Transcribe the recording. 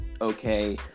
okay